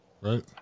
right